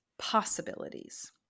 possibilities